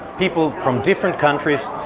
people from different countries,